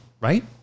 right